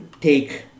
take